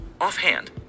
Offhand